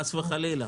חס וחלילה.